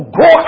go